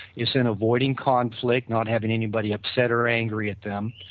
is in avoiding conflict not having anybody upset or angry at them,